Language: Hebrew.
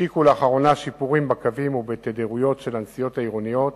השיק לאחרונה שיפורים בקווים ובתדירויות של הנסיעות העירוניות